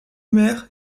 mère